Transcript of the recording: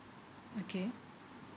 okay